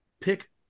pick